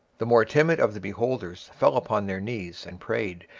the more timid of the beholders fell upon their knees, and prayed,